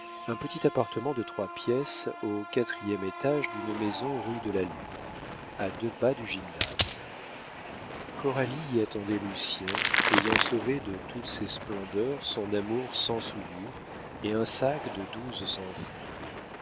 un petit appartement de trois pièces au quatrième étage d'une maison rue de la lune à deux pas du gymnase coralie y attendait lucien ayant sauvé de toutes ses splendeurs son amour sans souillure et un sac de douze cents francs